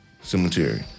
Cemetery